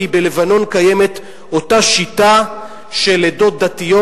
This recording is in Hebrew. כי בלבנון קיימת אותה שיטה של עדות דתיות,